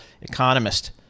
economist